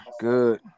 Good